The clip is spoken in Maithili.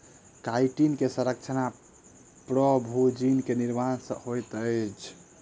काइटिन के संरचना प्रोभूजिन के निर्माण सॅ होइत अछि